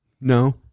No